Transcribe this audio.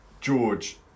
George